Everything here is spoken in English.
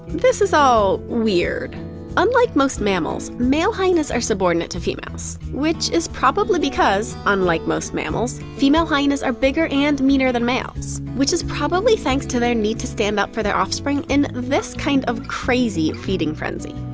this is all. weird unlike most mammals, male hyenas are subordinate to females. which is probably because, unlike most mammals, female hyenas are bigger and meaner than males, which is probably thanks to their need to stand up for their offspring in this kind of crazy feeding frenzy.